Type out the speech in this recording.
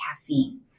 caffeine